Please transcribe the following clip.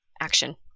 action